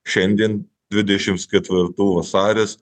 šiandien dvidešims ketvirtų vasaris